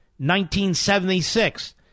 1976